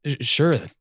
Sure